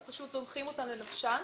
פשוט זונחים אותן לנפשן.